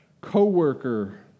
coworker